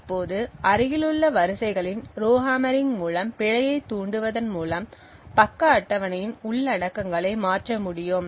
இப்போது அருகிலுள்ள வரிசைகளின் ரோஹம்மரிங் மூலம் பிழையைத் தூண்டுவதன் மூலம் பக்க அட்டவணையின் உள்ளடக்கங்களை மாற்ற முடியும்